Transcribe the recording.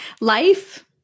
Life